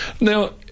Now